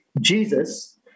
Jesus